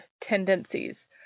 tendencies